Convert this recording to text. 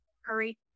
hurry